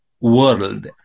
world